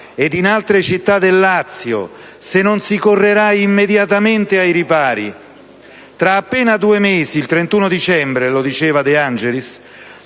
e in altre città del Lazio se non si correrà immediatamente ai ripari. Tra appena due mesi, il 31 dicembre - lo ha detto il